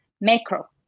macro